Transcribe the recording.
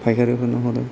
फायखारिफोरनो हरो